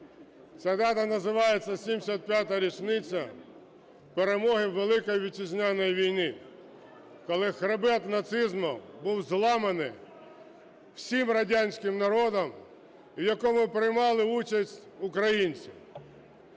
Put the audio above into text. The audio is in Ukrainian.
Ця дата називається – 75 річниця Перемоги в Великій Вітчизняній війні, коли хребет нацизму був зламаний всім радянським народом, в якому приймали участь українці.